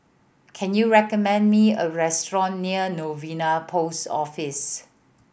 can you recommend me a restaurant near Novena Post Office